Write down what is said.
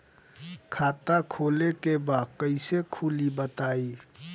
खाता खोले के बा कईसे खुली बताई?